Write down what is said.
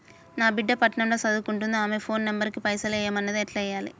నా బిడ్డే పట్నం ల సదువుకుంటుంది ఆమె ఫోన్ నంబర్ కి పైసల్ ఎయ్యమన్నది ఎట్ల ఎయ్యాలి?